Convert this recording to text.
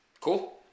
Cool